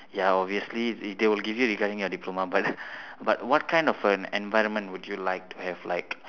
ya obviously they will give you regarding your diploma but but what kind of an an environment would you like to have like